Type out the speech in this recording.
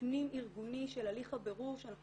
הפנים ארגוני של הליך הבירור שאנחנו